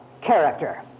character